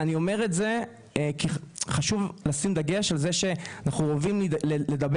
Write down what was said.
אני אומר את זה כי חשוב לשים דגש על זה שאנחנו אוהבים לדבר,